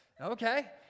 okay